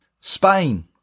Spain